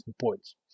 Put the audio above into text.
points